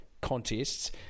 contests